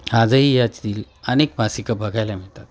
आाजही याचतील अनेक मासिकं बघायला मिळते